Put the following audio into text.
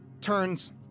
turns